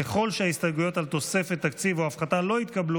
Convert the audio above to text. ככל שההסתייגויות על תוספת תקציב או הפחתה לא יתקבלו,